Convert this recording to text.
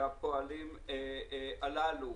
שעל פועלים האלה